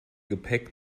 gepäck